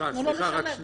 תנו לו לשלם.